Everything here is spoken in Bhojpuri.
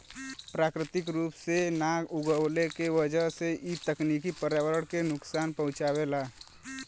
प्राकृतिक रूप से ना उगवले के वजह से इ तकनीकी पर्यावरण के नुकसान पहुँचावेला